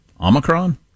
Omicron